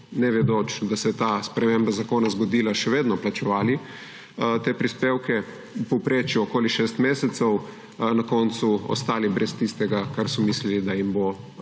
ne vedoč, da se je ta sprememba zakona zgodila, še vedno plačevali te prispevke v povprečju okoli 6 mesecev, na koncu ostali brez tistega, kar so mislili, da jim bo